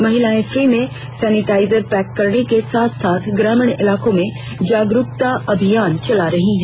महिलाएं फ्री में sanitizer pack करने के साथ साथ ग्रामीण इलाकों में जागरूकता अभियान चला रही हैं